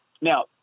Now